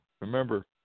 Remember